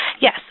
Yes